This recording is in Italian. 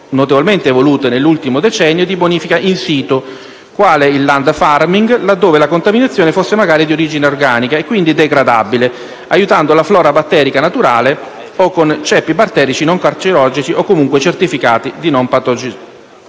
notevolmente evolute nell'ultimo decennio - di bonifica *in situ*, quali il *landfarming*, laddove la contaminazione fosse magari di origine organica e, quindi, degradabile, aiutando la flora batterica naturale con ceppi batterici non cancerogeni, o comunque certificati di non patogenicità,